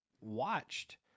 watched